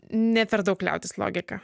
ne per daug kliautis logika